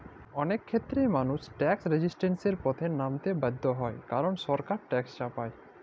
অলেক খ্যেত্রেই মালুস ট্যাকস রেজিসট্যালসের পথে লাইমতে বাধ্য হ্যয় কারল সরকার ট্যাকস চাপায়